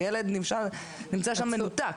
הילד נמצא שם מנותק.